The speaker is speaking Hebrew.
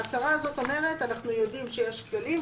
שההצהרה הזאת אומרת: אנחנו יודעים שיש כללים,